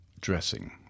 dressing